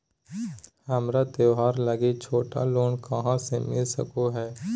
हमरा त्योहार लागि छोटा लोन कहाँ से मिल सको हइ?